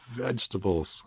vegetables